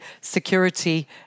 security